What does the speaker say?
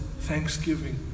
thanksgiving